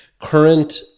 current